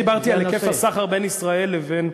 לגבי היקף הסחר, אדוני היושב-ראש, בין ישראל לבין